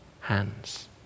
hands